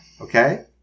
Okay